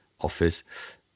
office